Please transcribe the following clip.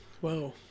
Whoa